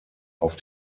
auf